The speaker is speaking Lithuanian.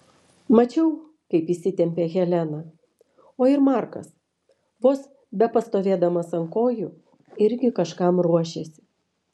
mačiau kaip įsitempė helena o ir markas vos bepastovėdamas ant kojų irgi kažkam ruošėsi